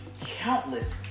countless